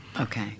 Okay